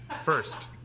First